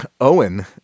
Owen